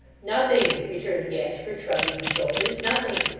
nothing, returned gashford, shrugging his shoulders, nothing.